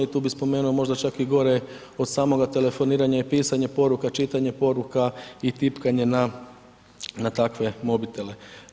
I tu bi spomenuo možda čak i gore od samoga telefoniranja je pisanje poruka, čitanje poruka i tipkanje na takve mobitele.